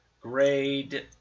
Grade